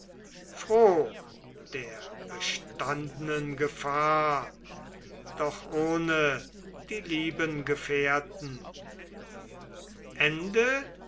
der bestandnen gefahr doch ohne die lieben gefährten